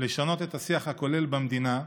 לשנות את השיח הכולל במדינה,